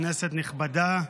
כנסת נכבדה,